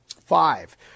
five